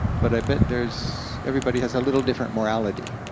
but i bet there's, everybody has a little different morality.